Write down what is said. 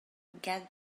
get